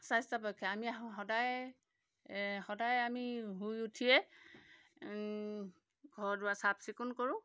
স্বাস্থ্যপক্ষে আমি সদায় সদায় আমি শুই উঠিয়ে ঘৰ দুৱাৰ চাফচিকুণ কৰোঁ